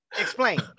explain